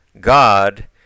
God